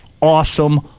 awesome